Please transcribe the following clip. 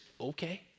Okay